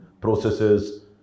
processes